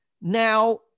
Now